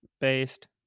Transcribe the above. based